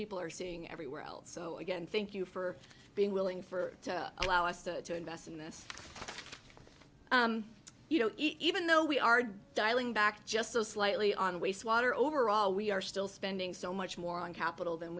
people are seeing everywhere else so again thank you for being willing for allow us to invest in this you know even though we are dialing back just so slightly on wastewater overall we are still spending so much more on capital than